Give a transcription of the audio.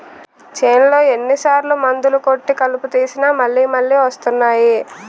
చేన్లో ఎన్ని సార్లు మందులు కొట్టి కలుపు తీసినా మళ్ళి మళ్ళి వస్తున్నాయి